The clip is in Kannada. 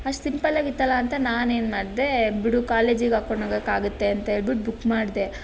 ಅಷ್ಟು ಸಿಂಪಲಾಗಿತ್ತಲ್ಲ ಅಂತ ನಾನೇನು ಮಾಡಿದೆ ಬಿಡು ಕಾಲೇಜಿಗೆ ಹಾಕಿಕೊಂಡು ಹೋಗಕ್ಕಾಗತ್ತೆ ಅಂತ ಹೇಳಿಬಿಟ್ಟು ಬುಕ್ ಮಾಡಿದೆ